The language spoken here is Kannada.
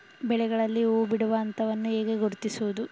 ಬೆಳೆಗಳಲ್ಲಿ ಹೂಬಿಡುವ ಹಂತವನ್ನು ಹೇಗೆ ಗುರುತಿಸುವುದು?